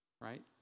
Right